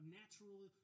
natural